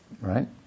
right